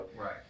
Right